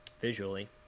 visually